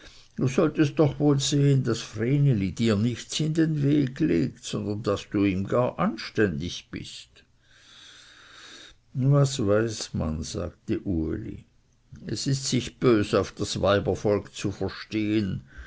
du solltest doch wohl sehen daß vreneli dir nichts in den weg legt sondern daß du ihm gar anständig bist was weiß man sagte uli es ist sich bös auf das weibervolk zu verstehen